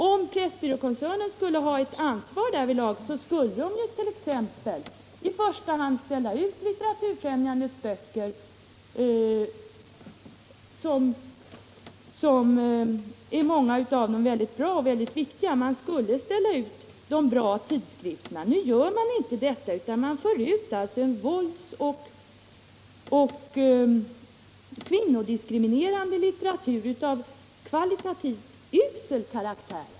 Om Pressbyråkoncernen insåg sitt ansvar skulle den i första hand ställa ut Litteraturfrämjandets böcker, av vilka många är väldigt bra. Den skulle ställa ut de bra tidskrifterna. Nu gör den inte detta utan den för ut våldslitteratur och kvinnodiskriminerande litteratur av usel karaktär.